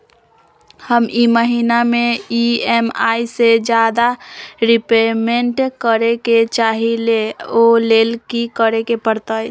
हम ई महिना में ई.एम.आई से ज्यादा रीपेमेंट करे के चाहईले ओ लेल की करे के परतई?